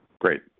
great